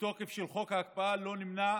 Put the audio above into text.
לתוקף של חוק ההקפאה לא נמנע